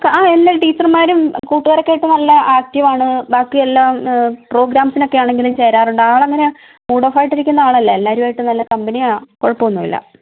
ആ എല്ലാ ടീച്ചർമാരും കൂട്ടുകാരൊക്കെ ആയിട്ട് നല്ല ആക്റ്റീവ് ആണ് ബാക്കി എല്ലാ പ്രോഗ്രാംസിനൊക്കെ ആണെങ്കിലും ചേരാറുണ്ട് ആളെങ്ങനെ മൂഡ് ഓഫ് ആയിട്ടിരിക്കുന്ന ആളല്ല എല്ലവരുമായിട്ട് നല്ല കമ്പനിയാണ് കുഴപ്പം ഒന്നുമില്ല